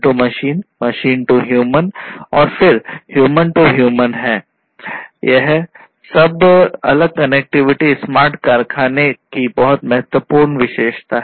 तो यह सब अलग कनेक्टिविटी स्मार्ट कारखाने की बहुत महत्वपूर्ण विशेषता है